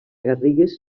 garrigues